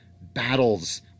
battles